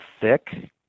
thick